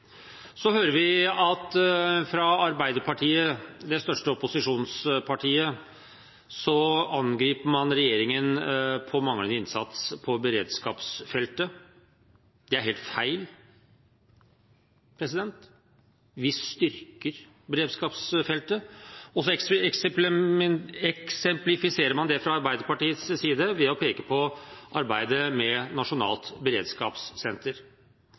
Så hører vi at Arbeiderpartiet, det største opposisjonspartiet, angriper regjeringen for manglende innsats på beredskapsfeltet. Det er helt feil, vi styrker beredskapsfeltet. Så eksemplifiserer man dette fra Arbeiderpartiets side ved å peke på arbeidet med nasjonalt beredskapssenter.